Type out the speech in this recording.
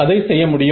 அதை செய்ய முடியும்